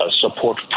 support